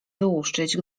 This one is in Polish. wyłuszczyć